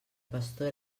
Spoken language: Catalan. pastor